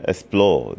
Explore